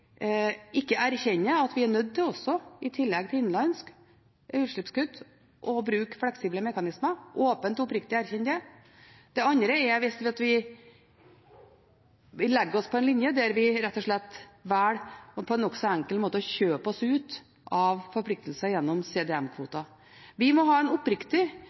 ikke erkjenner at vi i tillegg til innenlandske utslippskutt er nødt til å bruke fleksible mekanismer – åpent og oppriktig erkjenne det. Den andre er at vi legger oss på en linje der vi på en nokså enkel måte rett og slett velger å kjøpe oss ut av forpliktelser gjennom CDM-kvoter. Vi må ha en oppriktig